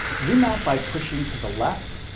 zoom out by pushing to the left,